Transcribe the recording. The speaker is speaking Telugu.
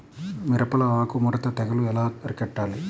మిరపలో ఆకు ముడత తెగులు ఎలా అరికట్టాలి?